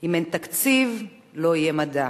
אם אין תקציב, לא יהיה מדע.